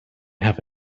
have